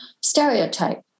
stereotype